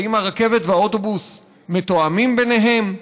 האם הרכבת והאוטובוס מתואמים ביניהם?